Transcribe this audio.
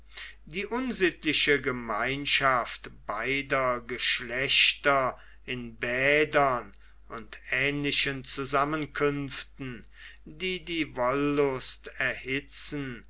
die unsittliche gemeinschaft beider geschlechter in bädern und ähnlichen zusammenkünften die die wollust erhitzen